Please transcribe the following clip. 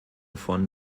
von